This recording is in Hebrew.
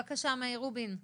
בבקשה, מאיר רובין.